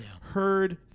heard